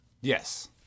Yes